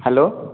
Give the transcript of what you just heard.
hello